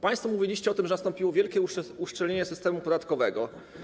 Państwo mówiliście o tym, że nastąpiło wielkie uszczelnienie systemu podatkowego.